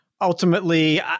ultimately